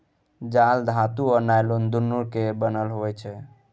जाल धातु आ नॉयलान दुनु केर बनल होइ छै